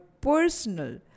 personal